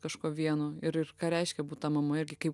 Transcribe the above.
kažkuo vienu ir ir ką reiškia būt ta mama irgi kaip